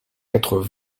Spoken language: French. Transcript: quatre